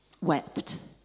wept